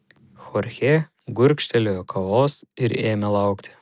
chorchė gurkštelėjo kavos ir ėmė laukti